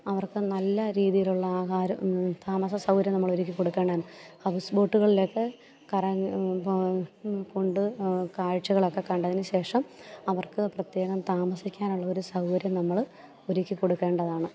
അവർക്ക് നല്ല രീതിയിലുള്ള ആഹാരം താമസ സൗകര്യം നമ്മൾ ഒരുക്കി കൊടുക്കണം ഹൗസ് ബോട്ടുകളിലൊക്കെ കറ കൊണ്ട് കാഴ്ചകളൊക്കെ കണ്ടതിനു ശേഷം അവർക്ക് പ്രത്യേകം താമസിക്കാനുള്ളൊരു സൗകര്യം നമ്മള് ഒരുക്കി കൊടുക്കേണ്ടതാണ്